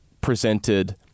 presented